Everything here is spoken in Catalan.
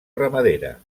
ramadera